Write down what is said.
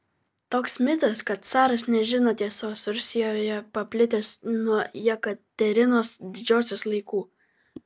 toks mitas kad caras nežino tiesos rusijoje paplitęs nuo jekaterinos didžiosios laikų